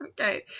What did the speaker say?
okay